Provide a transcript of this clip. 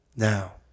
Now